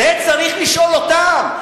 את זה צריך לשאול אותם,